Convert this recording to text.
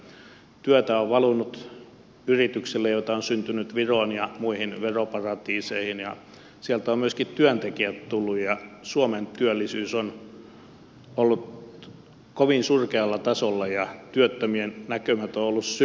työtä on valunut yrityksille joita on syntynyt viroon ja muihin veroparatiiseihin ja sieltä ovat myöskin työntekijät tulleet ja suomen työllisyys on ollut kovin surkealla tasolla ja työttömien näkymät ovat olleet synkät